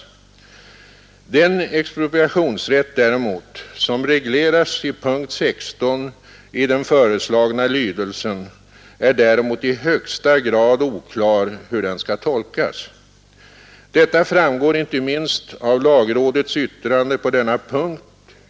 Beträffande den expropriationsrätt som regleras i punkt 16 i den föreslagna lydelsen gäller däremot att det är i högsta grad oklart hur den skall tolkas. Detta framgår inte minst av lagrådets yttrande på denna punkt.